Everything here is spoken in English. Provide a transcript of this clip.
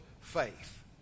faith